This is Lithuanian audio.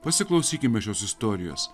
pasiklausykime šios istorijos